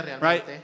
Right